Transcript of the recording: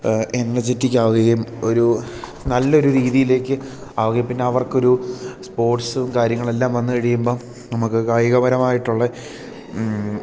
എനർജെറ്റിക്കാവുകയും ഒരു നല്ലൊരു രീതിയിലേക്ക് ആവുകയും പിന്നെ അവർക്കൊരു സ്പോർട്സും കാര്യങ്ങളെല്ലാം വന്നു കഴിയുമ്പം നമുക്ക് കായികപരമായിട്ടുള്ള